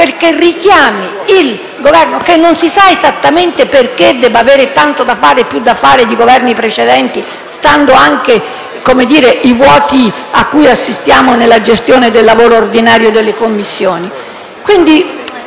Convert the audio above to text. perché richiami il Governo - che non si sa esattamente perché debba avere tanto da fare e più da fare di Governi precedenti, considerati anche i vuoti a cui assistiamo nella gestione del lavoro ordinario delle Commissioni